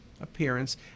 appearance